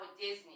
Disney